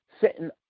sitting